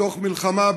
בתוך מלחמה,